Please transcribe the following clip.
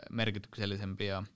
merkityksellisempiä